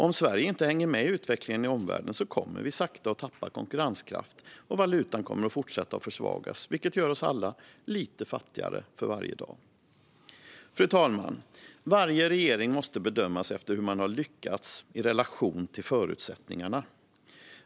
Om Sverige inte hänger med i utvecklingen i omvärlden kommer vi sakta att tappa konkurrenskraft, och valutan kommer att fortsätta försvagas, vilket gör oss alla lite fattigare för varje dag. Fru talman! Varje regering måste bedömas efter hur man lyckas i relation till förutsättningarna.